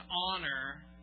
honor